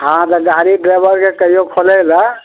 हँ तऽ गाड़ी ड्राइबरके कहियौ खोलै लए